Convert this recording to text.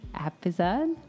episode